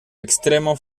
extremo